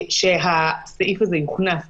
שהסעיף הזה יוכנס לחוק,